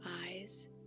eyes